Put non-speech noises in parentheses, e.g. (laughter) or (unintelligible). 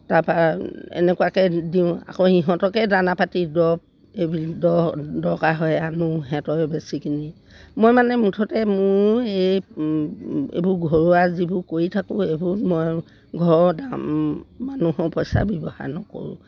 তাৰপৰা এনেকুৱাকৈ দিওঁ আকৌ সিহঁতকৈ দানা পাতি দৰব (unintelligible) দৰকাৰ হয় আনো সিহঁতৰে বেছি কিনি মই মানে মুঠতে মোৰ এই এইবোৰ ঘৰুৱা যিবোৰ কৰি থাকোঁ এইবোৰ মই ঘৰৰ মানুহৰ পইছা ব্যৱহাৰ নকৰোঁ